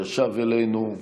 השב אלינו,